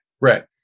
Right